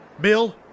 Bill